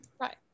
Right